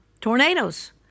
tornadoes